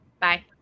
bye